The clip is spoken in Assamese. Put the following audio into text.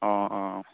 অঁ অঁ